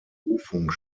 berufung